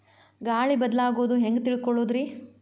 ಗಾಳಿ ಬದಲಾಗೊದು ಹ್ಯಾಂಗ್ ತಿಳ್ಕೋಳೊದ್ರೇ?